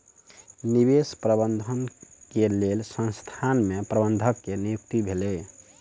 निवेश प्रबंधन के लेल संसथान में प्रबंधक के नियुक्ति भेलै